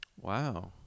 Wow